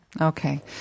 Okay